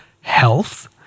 health